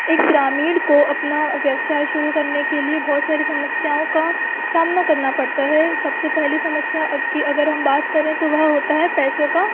एक ग्रामीण को अपना व्यवसाय शुरू करने के लिए बहुत सारी समस्याओं का सामना करना पड़ता है सबसे पहली समस्या की अगर हम बात करें तो वह होता है पैसों का